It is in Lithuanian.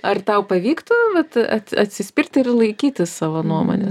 ar tau pavyktų vat at atsispirt ir laikytis savo nuomonės